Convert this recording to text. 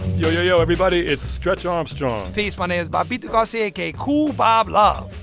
yo, yo, yo, everybody it's stretch armstrong peace. my name is bobbito garcia, aka kool bob love.